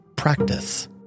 practice